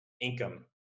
income